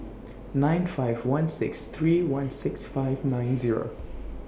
nine five one six three one six five nine Zero